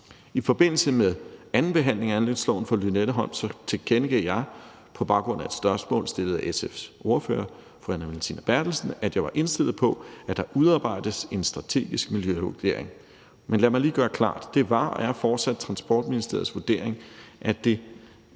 I forbindelse med andenbehandlingen af anlægsloven for Lynetteholm tilkendegav jeg på baggrund af et spørgsmål stillet af SF's ordfører, fru Anne Valentina Berthelsen, at jeg var indstillet på, at der udarbejdes en strategisk miljøvurdering. Men lad mig lige gøre klart, at det var og fortsat er Transportministeriets vurdering, at vi